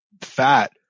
fat